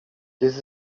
this